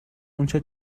اونچه